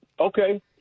Okay